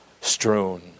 strewn